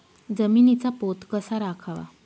जमिनीचा पोत कसा राखावा?